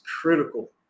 critical